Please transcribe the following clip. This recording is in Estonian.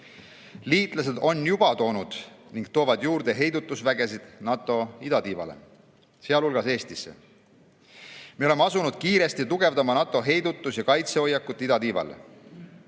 Liitlased on juba toonud ning toovad juurde heidutusvägesid NATO idatiivale, sealhulgas Eestisse. Me oleme asunud kiiresti tugevdama NATO heidutus- ja kaitsehoiakut idatiival.